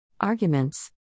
Arguments